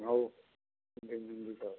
ହଉ ଦ ତ